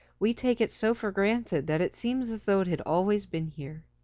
we take it so for granted that it seems as though it had always been here.